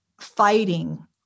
fighting